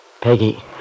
Peggy